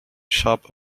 sharp